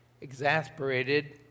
Exasperated